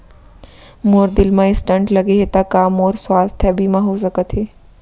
मोर दिल मा स्टन्ट लगे हे ता का मोर स्वास्थ बीमा हो सकत हे?